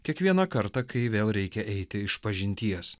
kiekvieną kartą kai vėl reikia eiti išpažinties